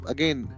Again